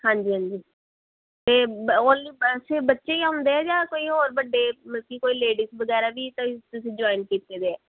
ਹਾਂਜੀ ਹਾਂਜੀ ਅਤੇ ਬ ਓਨਲੀ ਵੈਸੇ ਬੱਚੇ ਹੀ ਆਉਂਦੇ ਆ ਜਾਂ ਕੋਈ ਹੋਰ ਵੱਡੇ ਮਤਲਬ ਕਿ ਕੋਈ ਲੇਡੀਜ਼ ਵਗੈਰਾ ਵੀ ਕੋਈ ਤੁਸੀਂ ਜੁਆਇਨ ਕੀਤੇ ਵੇ ਹੈ